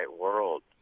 world